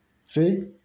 See